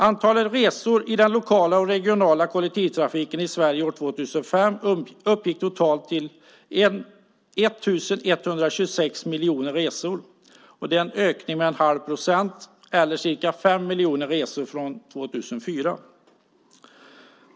Antalet resor i den lokala och regionala kollektivtrafiken i Sverige år 2005 uppgick till totalt 1 126 miljoner resor. Det är en ökning med en halv procent eller ca 5 miljoner resor från 2004.